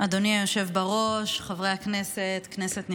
אדוני היושב-ראש, חברי הכנסת, כנסת נכבדה,